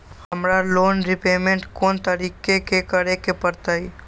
हमरा loan repayment कोन तारीख के करे के परतई?